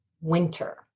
winter